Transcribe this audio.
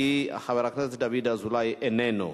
כי חבר הכנסת דוד אזולאי איננו.